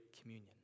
communion